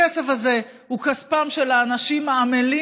הכסף הזה הוא כספם של האנשים העמלים,